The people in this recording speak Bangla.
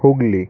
হুগলি